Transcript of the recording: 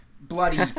bloody